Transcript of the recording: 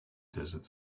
desert